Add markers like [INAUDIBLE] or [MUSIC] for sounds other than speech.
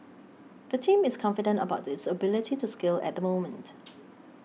the team is confident about its ability to scale at moment [NOISE]